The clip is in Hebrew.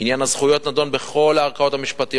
עניין הזכויות נדון בכל הערכאות המשפטיות,